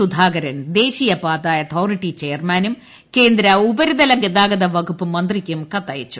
സുധാകരൻ ദേശീയപാത അതോറിറ്റി ചെയർമാനും കേന്ദ്ര ഉപരിതല ഗതാ ഗത വകുപ്പ് മന്ത്രിയ്ക്കും കത്തയച്ചു